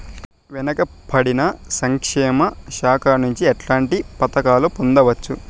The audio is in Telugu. వెనుక పడిన సంక్షేమ శాఖ నుంచి ఎట్లాంటి పథకాలు పొందవచ్చు?